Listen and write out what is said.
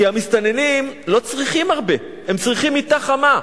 כי המסתננים לא צריכים הרבה, הם צריכים מיטה חמה.